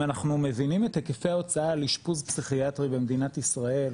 אם אנחנו מבינים את היקפי ההוצאה לאשפוז פסיכיאטרי במדינת ישראל,